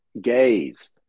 gaze